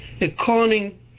according